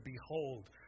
Behold